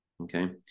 okay